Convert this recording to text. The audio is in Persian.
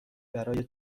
برای